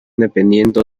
dependiendo